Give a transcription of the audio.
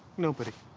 nobody.